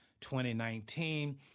2019